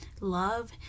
love